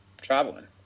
traveling